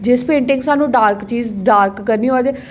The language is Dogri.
जिस पेंटिंग साह्नूं डार्क चीज डार्क करनी होऐ ते